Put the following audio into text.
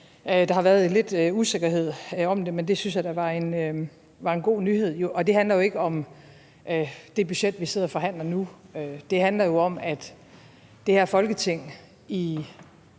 Der har været lidt usikkerhed om det, men det synes jeg da var en god nyhed. Og det handler jo ikke om det budget, vi sidder og forhandler nu; det handler jo om, at det her Folketing